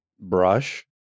brush